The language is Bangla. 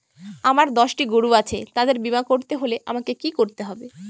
আমার দশটি গরু আছে তাদের বীমা করতে হলে আমাকে কি করতে হবে?